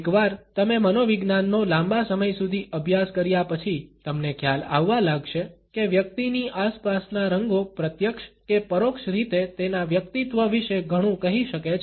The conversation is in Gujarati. એકવાર તમે મનોવિજ્ઞાનનો લાંબા સમય સુધી અભ્યાસ કર્યા પછી તમને ખ્યાલ આવવા લાગશે કે વ્યક્તિની આસપાસના રંગો પ્રત્યક્ષ કે પરોક્ષ રીતે તેના વ્યક્તિત્વ વિશે ઘણું કહી શકે છે